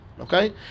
okay